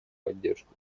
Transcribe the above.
поддержку